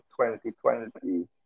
2020